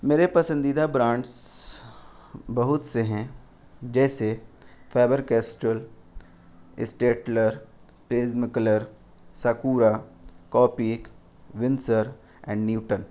میرے پسندیدہ برانڈس بہت سے ہیں جیسے Faber Castell Staedtler Prismacolor Sakura Copic Winsor and Newton